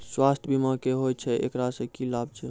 स्वास्थ्य बीमा की होय छै, एकरा से की लाभ छै?